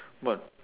but